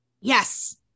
Yes